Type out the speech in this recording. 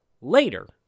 later